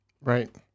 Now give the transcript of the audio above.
Right